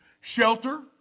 shelter